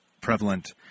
prevalent